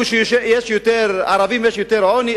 במקום שיש יותר ערבים יש יותר עוני,